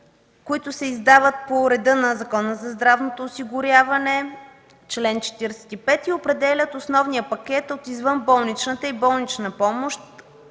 които се издават по реда на Закона за здравното осигуряване – чл. 45, и определят основния пакет от извънболничната и болнична помощ,